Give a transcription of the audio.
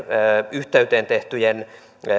yhteyteen tehtyjen